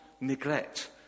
neglect